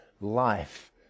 life